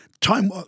Time